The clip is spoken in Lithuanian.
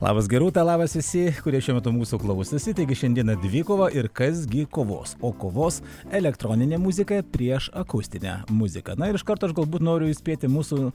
labas gi rūta labas visi kurie šiuo metu mūsų klausėsi taigi šiandieną dvikova ir kas gi kovos o kovos elektroninė muzika prieš akustinę muziką na ir iš karto aš gal būt noriu įspėti mūsų